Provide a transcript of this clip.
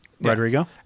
Rodrigo